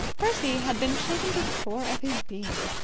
percy had been shaken to the core of his being.